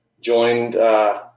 joined